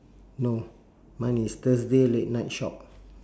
no mine is thursday late night shop